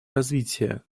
развития